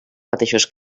mateixos